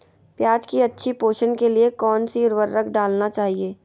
प्याज की अच्छी पोषण के लिए कौन सी उर्वरक डालना चाइए?